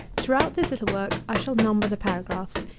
throughout this little work, i shall number the paragraphs,